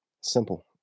Simple